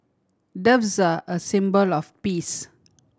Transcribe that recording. doves are a symbol of peace